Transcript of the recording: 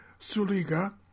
Suliga